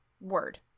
Word